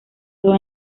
todo